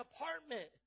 apartment